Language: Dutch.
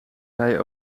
hij